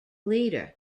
leader